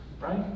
right